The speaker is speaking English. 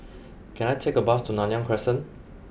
can I take a bus to Nanyang Crescent